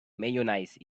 mayonnaise